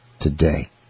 today